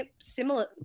similar